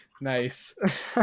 Nice